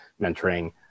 mentoring